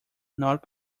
not